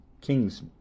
kings